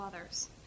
others